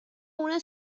una